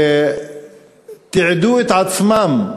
ותיעדו את עצמם,